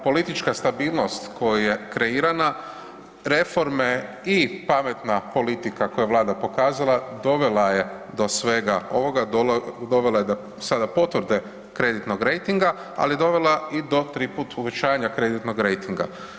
Politička stabilnost koja je kreirana, reforme i pametna politika koju je Vlada pokazala dovela je do svega ovoga, dovela je da sada potvrde kreditnog rejtinga, ali je dovela i do tri put uvećanja kreditnog rejtinga.